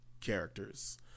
characters